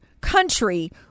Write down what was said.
country